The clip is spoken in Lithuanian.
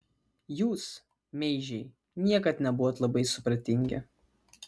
jūs meižiai niekad nebuvot labai supratingi